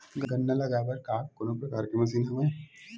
गन्ना लगाये बर का कोनो प्रकार के मशीन हवय?